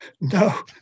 no